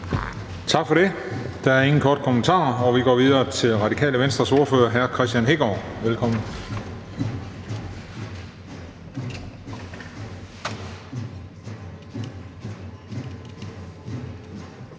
Tak for det. Der er ingen korte bemærkninger. Vi går videre til Radikale Venstres ordfører, hr. Kristian Hegaard. Velkommen.